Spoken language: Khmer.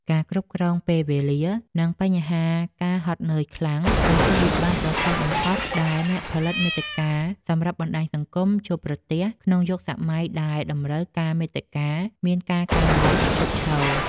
ការគ្រប់គ្រងពេលវេលា និងបញ្ហាការហត់នឿយខ្លាំង គឺជាវិបត្តិដ៏ធំបំផុតដែលអ្នកផលិតមាតិកាសម្រាប់បណ្ដាញសង្គមជួបប្រទះ ក្នុងយុគសម័យដែលតម្រូវការមាតិកាមានការកើនឡើងឥតឈប់ឈរ។